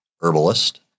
herbalist